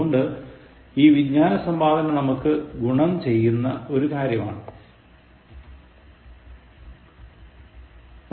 അതുകൊണ്ട് ഈ വിജ്ഞാന സമ്പാദ്യം നമുക്കു ഗുണം ചെയ്യുന്ന കാര്യം ആണ്